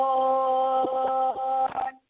Lord